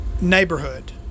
neighborhood